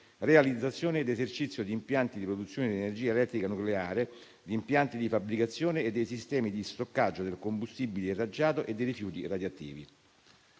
realizzazione e dell'esercizio di impianti di produzione di energia elettrica nucleare, di impianti di fabbricazione del combustibile nucleare, dei sistemi di stoccaggio del combustibile irraggiato e dei rifiuti radioattivi.